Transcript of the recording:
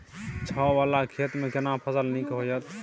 छै ॉंव वाला खेत में केना फसल नीक होयत?